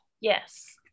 Yes